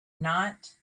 not